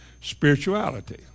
spirituality